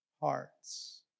hearts